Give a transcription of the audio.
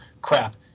crap